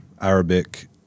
Arabic